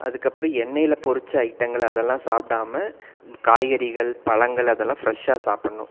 அதுக்கப்புறம் எண்ணெயில் பொரித்த ஐட்டங்கள் அதெலாம் சாப்பிடாம காய்கறிகள் பழங்கள் அதெலாம் ஃபிரெஷ்ஷாக சாப்பிட்ணும்